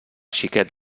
xiquet